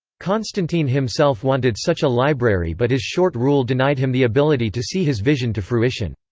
constantine himself wanted such a library but his short rule denied him the ability to see his vision to fruition.